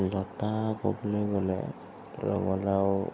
লতা ক'বলৈ গ'লে ৰঙালাও